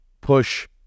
push